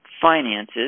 finances